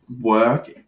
work